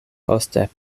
poste